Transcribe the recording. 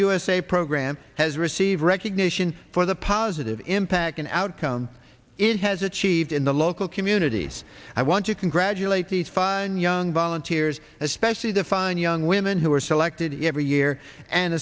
usa program has received recognition for the positive impact an outcome in has achieved in the local communities i want to congratulate these fine young volunteers especially the fine young women who are selected every year and